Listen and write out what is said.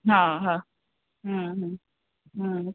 हा हा हम्म हम्म हम्म